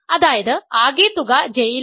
അതായത് ആകെതുക J യിലാണ്